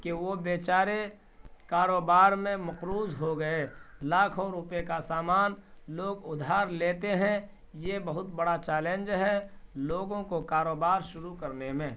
کہ وہ بےچارے کاروبار میں مقروض ہو گئے لاکھوں روپیے کا سامان لوگ ادھار لیتے ہیں یہ بہت بڑا چیلنج ہے لوگوں کو کاروبار شروع کرنے میں